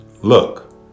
Look